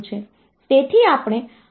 તેથી આપણે IR રજિસ્ટરને લોડ સિગ્નલ આપીએ છીએ